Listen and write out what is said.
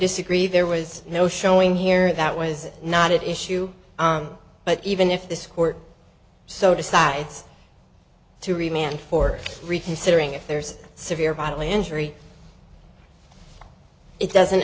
disagree there was no showing here that was not at issue but even if this court so decides to remain for reconsidering if there's severe bodily injury it doesn't